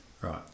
Right